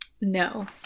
No